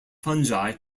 fungi